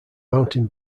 mountain